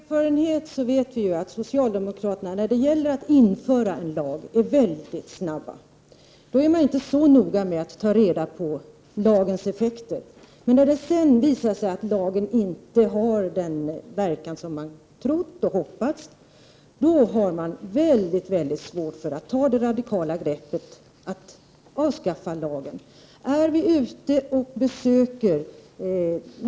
Herr talman! Av erfarenhet vet vi att socialdemokraterna är mycket snabba när det gäller att instifta lagar. Då är de inte så noga med att ta reda på deras effekter. När det sedan visar sig att en viss lag inte har den verkan som man trott eller hoppats på, då har socialdemokraterna mycket svårt för att ta det radikala greppet att avskaffa lagen.